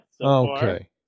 Okay